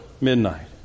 midnight